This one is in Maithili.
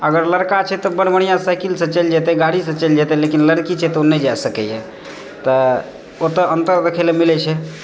अगर लड़का छै तऽ बड्ड बढ़िआँ साइकिलसँ चलि जेतय गाड़ीसँ चलि जेतय लेकिन लड़की छै तऽ ओ नहि जा सकैए तऽ ओतए अन्तर देखय लऽ मिलै छै